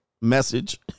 message